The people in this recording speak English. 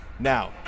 Now